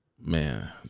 Man